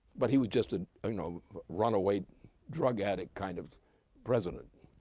but he was just a ah you know run-away drug addict kind of president.